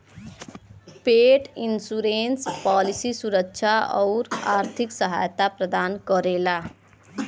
पेट insurance policy सुरक्षा आउर आर्थिक सहायता प्रदान करेला